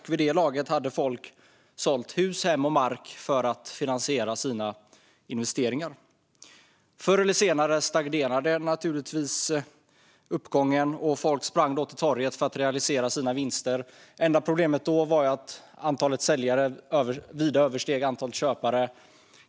Vid det laget hade folk sålt hus, hem och mark för att finansiera sina investeringar. Förr eller senare stagnerade naturligtvis uppgången, och då sprang folk till torget för att realisera sina vinster. Problemet var dock att antalet säljare då vida översteg antalet köpare.